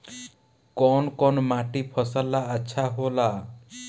कौन कौनमाटी फसल ला अच्छा होला?